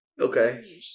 Okay